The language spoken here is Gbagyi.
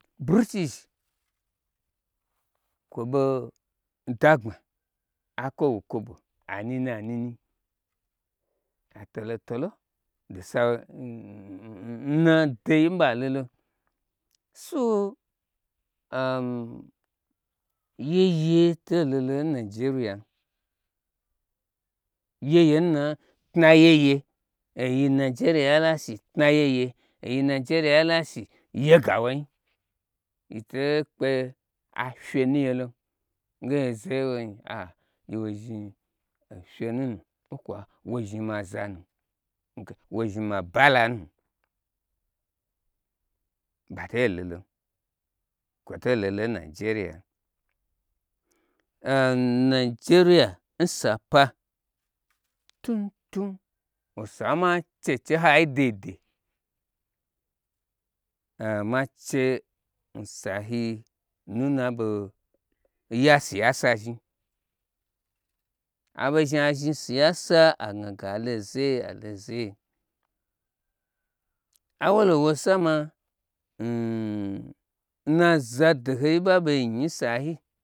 Brutish kwo bo da gb. a akwoɓo kwo ɓo anini anini, atolo tolo do saura adoi n ɓalolo so am yeye to lolon n ni jeriyam yeye n na tna yeye oyi nijeriya lashi n tna yeye, oyi nijeriya lashi ye ga woin yitei kpe afyenu yelom nge gye zeye n wom a'a gye wo zhni fye nuna kwo kwa wo zhni maz nge wozhni ma balanu ɓa tei lolon kwoto lolon nijeriyam am nijeriya nsapa tuntun sama che n chei n hai deidei am in a chen sayi nna ɓei yasiya sa chni, aɓei zhni azhni siyasa agna alo nzeye awolowo sama na zado hoi n ɓaɓei nyi n sayi.